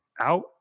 out